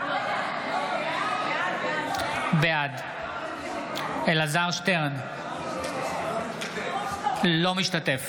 בעד אלעזר שטרן, אינו משתתף